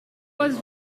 was